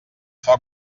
foc